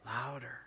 louder